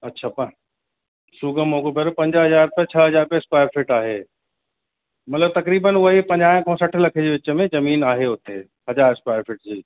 अच्छा प छुगा मऊ खां पहिरियों पंज हज़ार रुपया छह हज़ार रुपया स्क्वेर फिट आहे मतलबु तकरीबनि उहो ई पंजाह सठ लखे जे विच में ज़मीन आहे हुते हज़ार स्क्वेर फिट जी